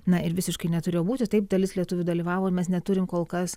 na ir visiškai neturėjo būti taip dalis lietuvių dalyvavo ir mes neturim kol kas